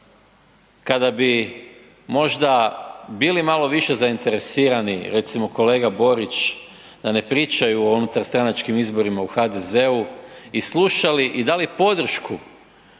kada bi možda bili malo više zainteresirani, recimo kolega Borić da ne pričaju o unutarstranačkim izborima u HDZ-u i slušali i dali podršku